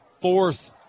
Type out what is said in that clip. fourth